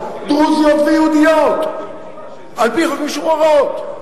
דרוזיות ויהודיות על-פי חוק משוחררות.